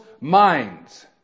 minds